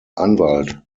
anwalt